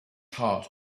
heart